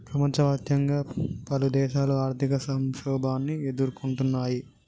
ప్రపంచవ్యాప్తంగా పలుదేశాలు ఆర్థిక సంక్షోభాన్ని ఎదుర్కొంటున్నయ్